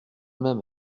même